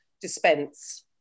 dispense